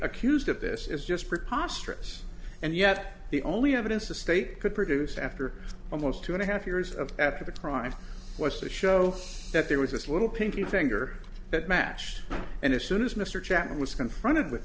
accused of this is just preposterous and yet the only evidence the state could produce after almost two and a half years of after the crime was to show that there was this little pinky finger that matched and as soon as mr chapman was confronted with